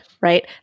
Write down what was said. right